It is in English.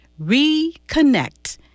reconnect